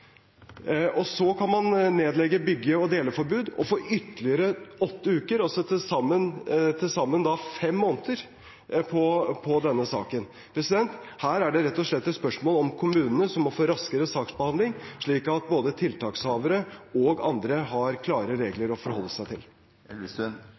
Og så kan man nedlegge bygge- og deleforbud og få ytterligere åtte uker, altså til sammen fem måneder på denne saken. Her er det rett og slett et spørsmål om kommunene må få raskere saksbehandling, slik at både tiltakshavere og andre har klare